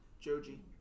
Joji